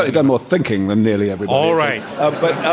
ah done more thinking than nearly everybody. all right. but